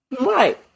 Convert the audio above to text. Right